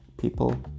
people